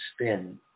spin